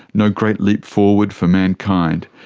no great leap forward for mankind.